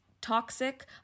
toxic